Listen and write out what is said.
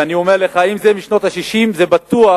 ואני אומר לך, אם זה משנות ה-60, זה בטוח